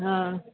हा